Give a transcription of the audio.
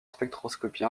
spectroscopie